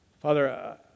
Father